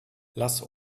lass